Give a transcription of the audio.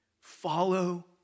follow